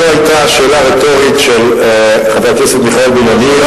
זו היתה שאלה רטורית של חבר הכנסת מיכאל בן-ארי,